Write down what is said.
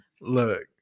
Look